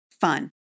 fun